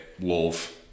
Wolf